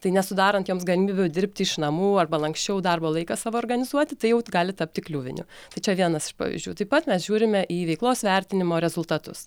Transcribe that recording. tai nesudarant joms galimybių dirbti iš namų arba lanksčiau darbo laiką savo organizuoti tai jau gali tapti kliuviniu tai čia vienas iš pavyzdžių taip pat mes žiūrime į veiklos vertinimo rezultatus